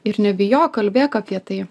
ir nebijok kalbėk apie tai